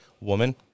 woman